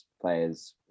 players